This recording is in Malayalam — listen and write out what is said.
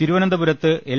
തിരുവനന്തപുരത്ത് എൽ